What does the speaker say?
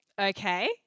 okay